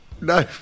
No